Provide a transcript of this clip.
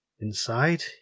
Inside